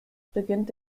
beginnt